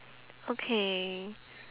okay